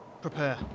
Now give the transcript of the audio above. Prepare